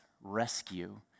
rescue